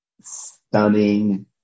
Stunning